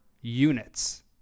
units